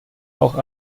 auch